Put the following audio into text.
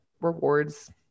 rewards